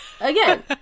Again